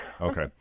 okay